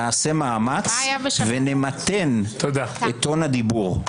נעשה מאמץ ונמתן את טון הדיבור.